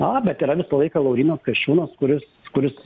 na bet yra visą laiką laurynas kasčiūnas kuris kuris